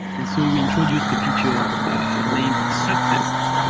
and so we introduced a feature named subtests,